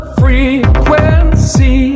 frequency